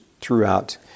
throughout